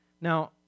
Now